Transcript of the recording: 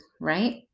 right